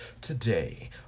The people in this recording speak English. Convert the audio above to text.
today